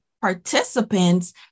participants